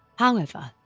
however,